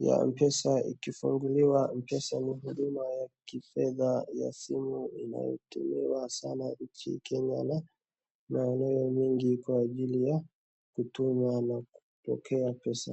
ya M pesa ikifunguliwa. M pesa ni huduma ya kifedha ya simu inayotumiwa sana nchini Kenya na maeneo mingi kwa ajili ya kutuma na kupokea pesa.